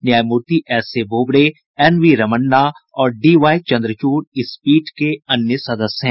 न्यायमूर्ति S A Bobde N V Ramanna और D Y Chandrachud इस पीठ के अन्य सदस्य हैं